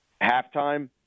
halftime